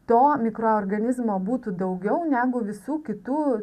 to mikroorganizmo būtų daugiau negu visų kitų